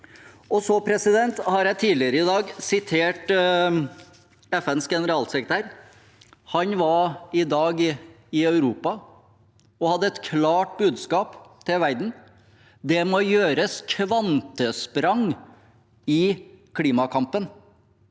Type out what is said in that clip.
fossil energi. Jeg har tidligere i dag sitert FNs generalsekretær. Han var i dag i Europa og hadde et klart budskap til verden: Det må gjøres kvantesprang i klimakampen.